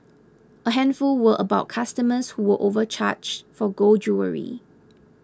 a handful were about customers who were overcharged for gold jewellery